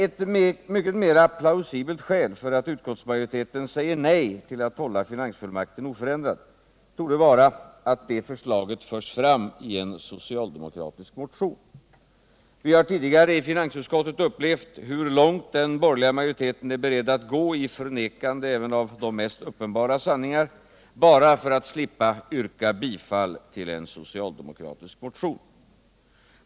Ett mycket mer plausibelt skäl för att utskottsmajoriteten säger nej till att hålla finansfullmakten oförändrad torde vara att det förslaget förs fram i en socialdemokratisk motion. Vi har tidigare i finansutskottet upplevt hur långt den borgerliga majoriteten är beredd att gå i förnekande även av de mest uppenbara sanningar bara för att slippa yrka bifall till en socialdemokratisk motion.